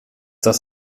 das